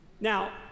Now